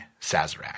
Sazerac